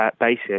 basis